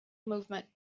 movement